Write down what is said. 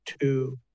two